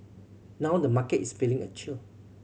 now the market is feeling a chill